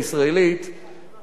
בשבועיים האחרונים.